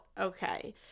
okay